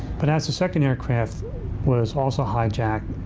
but as the second aircraft was also hijacked,